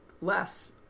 Less